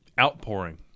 outpouring